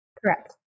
correct